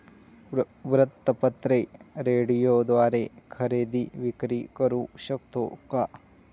वृत्तपत्र, रेडिओद्वारे खरेदी विक्री करु शकतो का?